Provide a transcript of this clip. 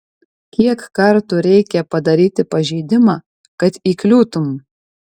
kiek kartų reikia padaryti pažeidimą kad įkliūtum